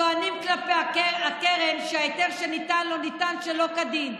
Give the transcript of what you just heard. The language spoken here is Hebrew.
טוענים כלפי הקרן שההיתר שניתן לו, ניתן שלא כדין.